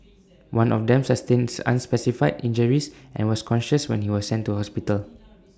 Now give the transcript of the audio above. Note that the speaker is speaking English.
one of them sustains unspecified injuries and was conscious when he was sent to hospital